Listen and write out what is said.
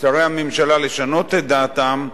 שרי הממשלה לשנות את דעתם,